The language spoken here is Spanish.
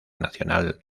nacional